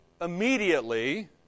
immediately